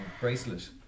bracelet